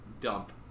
dump